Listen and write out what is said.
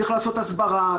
צריך לעשות הסברה,